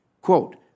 quote